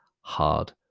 hard